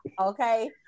okay